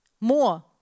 more